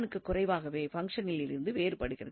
க்கு குறைவாகவே பங்ஷனில் இருந்து வேறுபடுகிறது